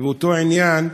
ובאותו עניין,